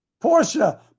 Portia